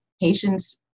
patients